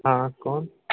हाँ कौन